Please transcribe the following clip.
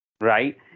Right